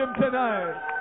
tonight